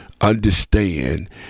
understand